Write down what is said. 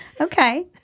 Okay